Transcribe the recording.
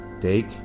Take